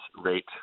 rate